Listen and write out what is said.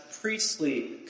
priestly